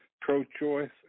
pro-choice